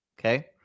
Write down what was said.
Okay